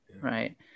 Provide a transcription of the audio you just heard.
right